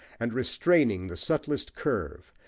and restraining the subtlest curve,